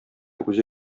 үзе